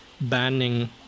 banning